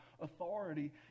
authority